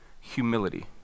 humility